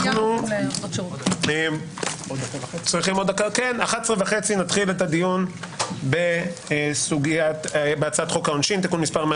הישיבה ננעלה בשעה 11:28.